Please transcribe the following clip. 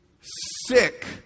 sick